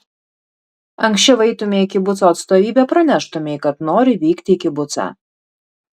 anksčiau eitumei į kibuco atstovybę praneštumei kad nori vykti į kibucą